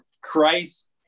Christ